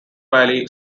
valley